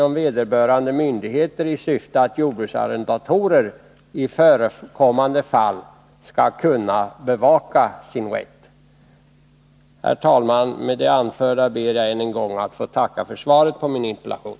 Méd det anförda ber jag än en gång att få tacka för svaret på min interpellation.